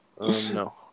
No